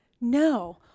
No